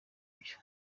byo